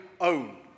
own